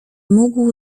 mógł